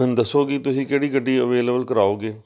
ਹੁਣ ਦੱਸੋ ਕਿ ਤੁਸੀਂ ਕਿਹੜੀ ਗੱਡੀ ਅਵੇਲੇਬਲ ਕਰਵਾਓਗੇ